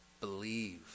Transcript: Believe